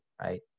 right